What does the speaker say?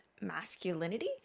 masculinity